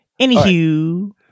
Anywho